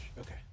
Okay